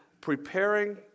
preparing